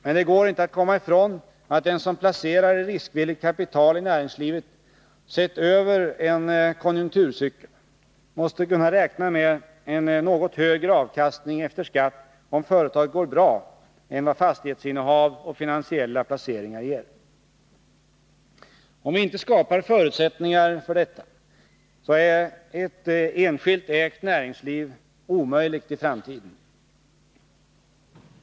Men det går inte att komma ifrån att den som placerar i riskvilligt kapitali näringslivet måste, sett över en konjunkturcykel, kunna räkna med en något högre avkastning efter skatt, om företaget går bra, än vad fastighetsinnehav och finansiella placeringar ger. Om vi inte skapar förutsättningar för detta, så är ett enskilt ägt näringsliv omöjligt i framtiden.